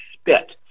spit